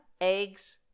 eggs